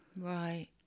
Right